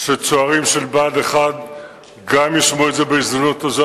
שצוערים של בה"ד 1 ישמעו את זה בהזדמנות הזאת,